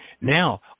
Now